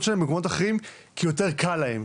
שלהם במקומות אחרים כי יותר קל להם.